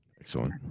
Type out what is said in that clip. Excellent